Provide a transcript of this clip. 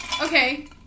Okay